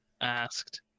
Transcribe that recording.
asked